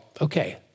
okay